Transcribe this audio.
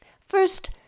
First